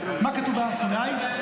מה כתוב בהר סיני?